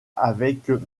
avec